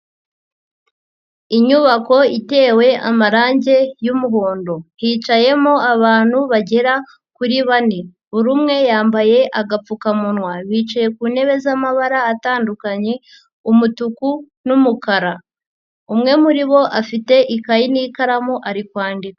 Inyubako itewe amarange y'umuhondo, hicayemo abantu bagera kuri bane, buri umwe yambaye agapfukamunwa, bicaye ku ntebe z'amabara atandukanye, umutuku n'umukara, umwe muri bo afite ikayi n'ikaramu ari kwandika.